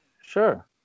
Sure